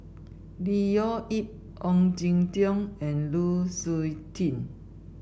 Leo Yip Ong Jin Teong and Lu Suitin